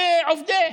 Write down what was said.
עובדות ועובדים.